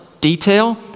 detail